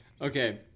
Okay